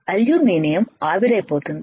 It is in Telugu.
అల్యూమినియం ఆవిరైపోతుంది